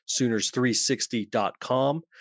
Sooners360.com